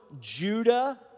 Judah